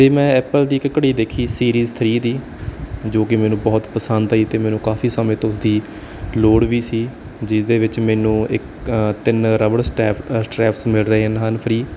ਅਤੇ ਮੈਂ ਐਪਲ ਦੀ ਇੱਕ ਘੜੀ ਦੇਖੀ ਸੀਰੀਜ਼ ਥਰੀ ਦੀ ਜੋ ਕਿ ਮੈਨੂੰ ਬਹੁਤ ਪਸੰਦ ਆਈ ਅਤੇ ਮੈਨੂੰ ਕਾਫੀ ਸਮੇਂ ਤੋਂ ਉਸਦੀ ਲੋੜ ਵੀ ਸੀ ਜਿਹਦੇ ਵਿੱਚ ਮੈਨੂੰ ਇੱਕ ਅ ਤਿੰਨ ਰਬੜ ਸਟੈਪਸ ਸਟਰੈਪਸ ਮਿਲ ਰਹੇ ਹਨ ਫਰੀ